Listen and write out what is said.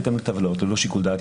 בהתאם לטבלאות, ללא שיקול דעת.